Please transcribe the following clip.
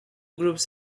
groups